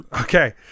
Okay